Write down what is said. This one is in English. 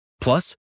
plus